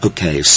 Okay